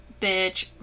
bitch